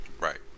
Right